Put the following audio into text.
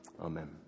Amen